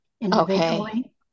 individually